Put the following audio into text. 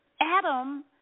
Adam